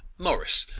morris,